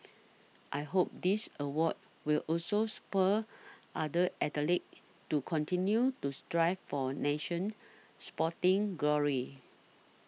I hope this award will also spur other athletes to continue to strive for nation sporting glory